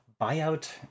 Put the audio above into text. Buyout